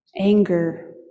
Anger